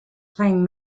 playing